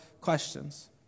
questions